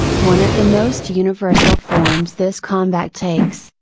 one of the most universal forms this combat takes,